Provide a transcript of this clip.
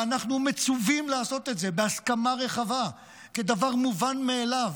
ואנחנו מצווים לעשות את זה בהסכמה רחבה כדבר מובן מאליו,